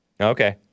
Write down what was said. Okay